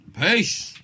Peace